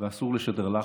ואסור לשדר לחץ,